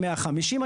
150 מ"ר.